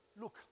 Look